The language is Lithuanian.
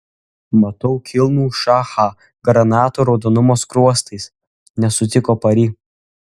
matau kilnų šachą granatų raudonumo skruostais nesutiko pari